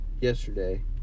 yesterday